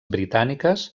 britàniques